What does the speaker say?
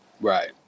Right